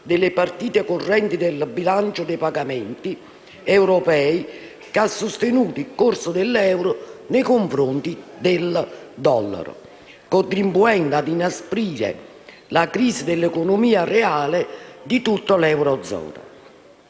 delle partire correnti della bilancia dei pagamenti europei, che ha sostenuto il corso dell'euro nei confronti del dollaro, contribuendo ad inasprire la crisi dell'economia reale di tutta l'Eurozona.